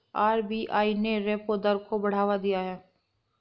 RBI ने repo दर को बढ़ा दिया है